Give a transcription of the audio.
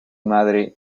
madre